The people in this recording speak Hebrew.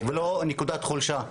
ולא כנקודת חולשה,